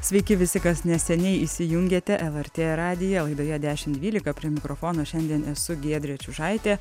sveiki visi kas neseniai įsijungėte lrt radiją laidoje dešim dvylika prie mikrofono šiandien esu giedrė čiužaitė